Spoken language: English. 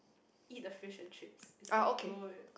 eat the fish and chips it's like good